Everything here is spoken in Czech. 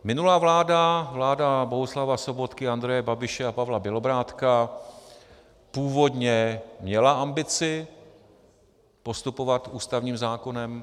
Minulá vláda, vláda Bohuslava Sobotky, Andreje Babiše a Pavla Bělobrádka, původně měla ambici postupovat ústavním zákonem.